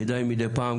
כדאי מדי פעם,